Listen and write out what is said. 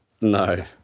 No